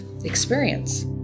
experience